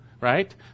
right